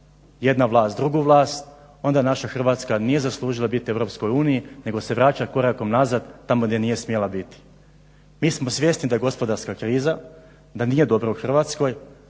jedna vlast drugu vlast onda nađa Hrvatska nije zaslužila biti u Europskoj uniji nego se vraća korakom nazad tamo gdje nije smjela biti. Mi smo svjesni da je gospodarska kriza, da nije dobro u Hrvatskoj,